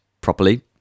properly